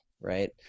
right